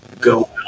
go